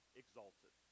exalted